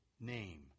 name